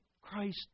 Christ